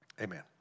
Amen